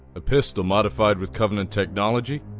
a pistol modified with covenant technology?